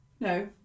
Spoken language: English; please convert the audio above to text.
No